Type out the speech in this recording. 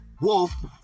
Wolf